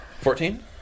Fourteen